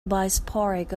bishopric